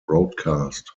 broadcast